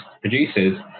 producers